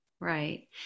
Right